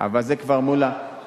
צריך להחריג אותם.